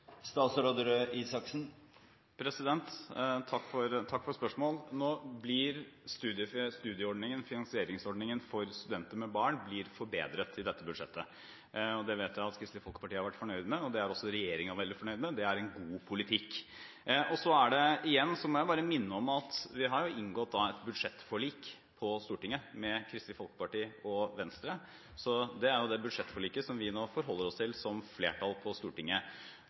Takk for spørsmålet. Nå blir finansieringsordningen for studenter med barn forbedret i dette budsjettet. Det vet jeg at Kristelig Folkeparti har vært fornøyd med, og det er også regjeringen veldig fornøyd med – det er en god politikk. Igjen må jeg bare minne om at vi har inngått et budsjettforlik på Stortinget med Kristelig Folkeparti og Venstre. Det er det budsjettforliket vi nå forholder oss til som flertall på Stortinget.